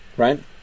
right